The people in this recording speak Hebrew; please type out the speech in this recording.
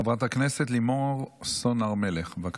חברת הכנסת לימור סון הר מלך, בבקשה.